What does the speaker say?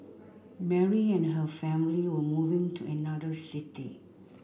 Mary and her family were moving to another city